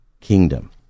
kingdom